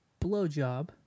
blowjob